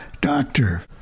doctor